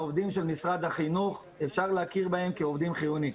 העובדים של משרד החינוך אפשר להכיר בהם כעובדים חיוניים.